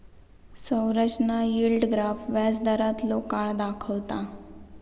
संरचना yield graph व्याजदारांतलो काळ दाखवता